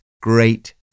great